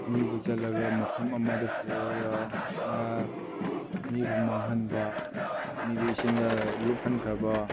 ꯃꯤꯕꯨ ꯆꯠꯂꯒ ꯃꯐꯝ ꯑꯃꯗ ꯄꯨꯔꯒ ꯃꯤꯕꯨ ꯃꯥꯡꯍꯟꯕ ꯃꯤꯔꯩꯁꯤꯡꯅ ꯂꯨꯞꯍꯟꯈ꯭ꯔꯕ